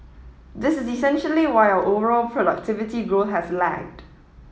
this is essentially why our overall productivity grow has lagged